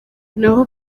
naho